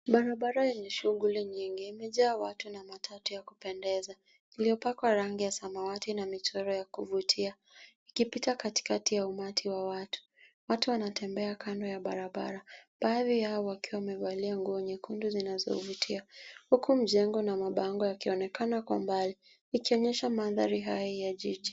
Barabara yenye shughuli nyingi imejaa watu na matatu ya kupendeza iliyopakwa rangi ya samawati na michoro ya kuvutia, wakipita katikati ya umati wa watu. Watu wanatembea kando ya barabara, baadhi yao wakiwa wamevalia nguo nyekundu zinazovutia huku mjengo na mabango yakionekana kwa mbali; yakionyesha mandhari hai ya jiji.